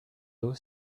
d’eau